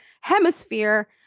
hemisphere